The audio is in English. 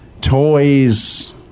toys